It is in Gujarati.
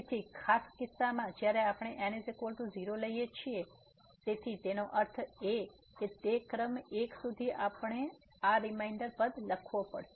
તેથી ખાસ કિસ્સામાં જ્યારે આપણે n 0 લઈએ છીએ તેથી તેનો અર્થ એ કે તે ક્રમ એક સુધી આપણે આ રીમાઇન્ડર પદ લખવો પડશે